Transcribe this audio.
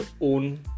own